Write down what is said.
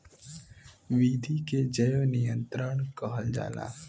विधि के जैव नियंत्रण कहल जाला